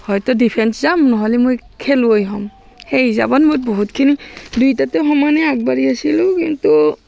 হয়তো ডিফেঞ্চ যাম নহ'লে মই খেলুৱৈ হ'ম সেই হিচাপত মই বহুতখিনি দুইটাতে সমানে আগবাঢ়ি আছিলোঁ কিন্তু